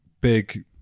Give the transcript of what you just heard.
Big